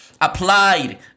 Applied